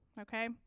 Okay